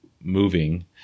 moving